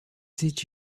did